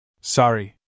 Sorry